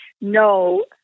no